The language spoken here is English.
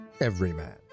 everyman